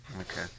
Okay